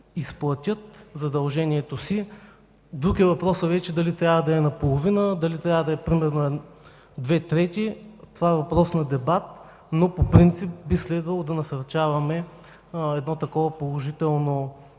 изплатят задължението си. Друг е въпросът вече дали трябва да е наполовина, дали трябва да е две трети – това е въпрос на дебат. По принцип би следвало да насърчаваме едно такова положително